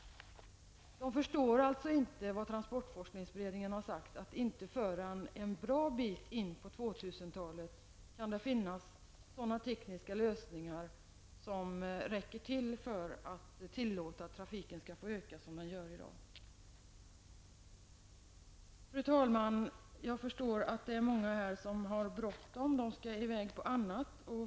De förstår alltså inte vad transportforskningsberedningen har sagt, dvs. att det inte förrän en bra bit in på 2000-talet kan finnas sådana tekniska lösningar som räcker till för att tillåta trafiken att öka såsom den gör i dag. Fru talman! Jag förstår att många här har bråttom, eftersom de skall i väg på annat.